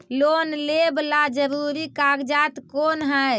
Loan लेब ला जरूरी कागजात कोन है?